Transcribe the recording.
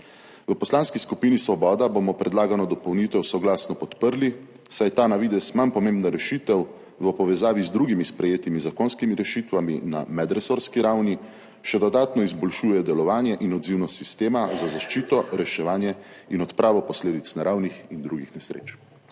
V Poslanski skupini Svoboda bomo predlagano dopolnitev soglasno podprli, saj ta na videz manj pomembna rešitev v povezavi z drugimi sprejetimi zakonskimi rešitvami na medresorski ravni še dodatno izboljšuje delovanje in odzivnost sistema za zaščito, reševanje in odpravo posledic naravnih in drugih nesreč.